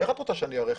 איך את רוצה שאני איערך?